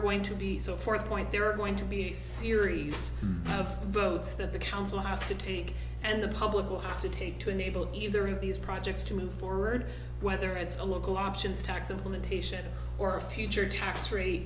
going to be so for point there are going to be a series of votes that the council has to take and the public will have to take to enable either of these projects to move forward whether it's a local options tax implementation or a future tax